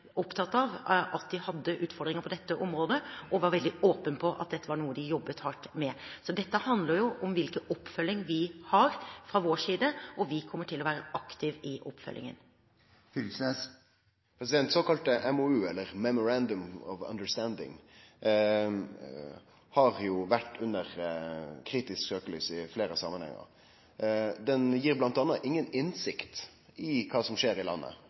opptatt av at de hadde utfordringer på dette området, og ministeren var veldig åpen på at dette var noe de jobbet hardt med. Så dette handler jo om hvilken oppfølging vi har fra vår side, og vi kommer til å være aktiv i oppfølgingen. Såkalla MoU-ar eller Memorandom of Understanding har vore under kritisk søkjelys i fleire samanhengar. Dei gir bl.a. inga innsikt i kva som skjer i landet